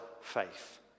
faith